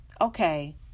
okay